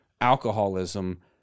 alcoholism